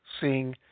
seeing